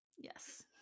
Yes